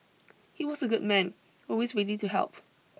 he was a good man always ready to help